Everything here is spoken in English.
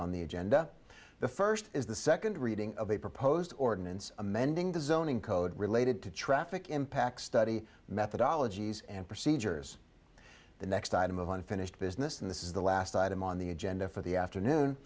on the agenda the first is the second reading of a proposed ordinance amending the zoning code related to traffic impact study methodologies and procedures the next item of unfinished business and this is the last item on the agenda for the afternoon